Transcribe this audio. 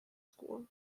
school